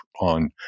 on